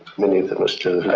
many of them are